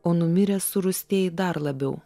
o numiręs surūstėjai dar labiau